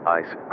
ice